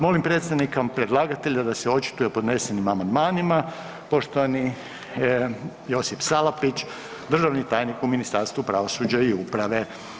Molim predstavnika predlagatelja da se očituje o podnesenim amandmanima, poštovani Josip Salapić državni tajnik u Ministarstvu pravosuđa i uprave.